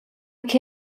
che